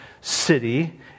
city